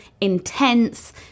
intense